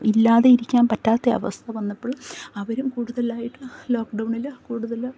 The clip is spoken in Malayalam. ഇല്ലാതെയിരിക്കാൻ പറ്റാത്തയവസ്ഥ വന്നപ്പോഴ് അവരും കൂടുതലായിട്ട് ലോക്ക്ഡൗണിൽ കൂടുതൽ